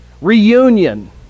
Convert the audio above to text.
Reunion